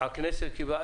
והכנסת לא קיבלה.